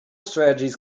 strategies